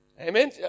Amen